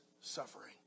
suffering